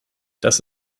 das